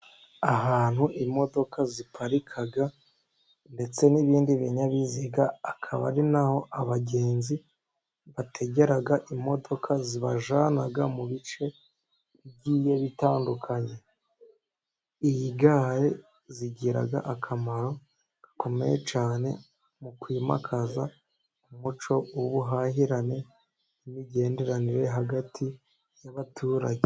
Ahantu imodoka ziparika ndetse n'ibindi binyabiziga, akaba ari naho abagenzi bategera imodoka, zibajyana mu bice giye bitandukanye, iyi gare igira akamaro gakomeye cyane, mu kwimakaza umuco w'ubuhahirane, n'imigenderanire hagati y'abaturage.